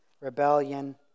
rebellion